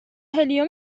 هلیوم